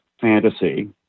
fantasy